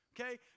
Okay